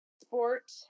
sport